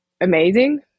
amazing